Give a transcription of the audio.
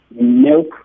milk